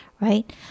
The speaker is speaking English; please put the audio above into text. right